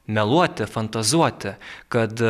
meluoti fantazuoti kad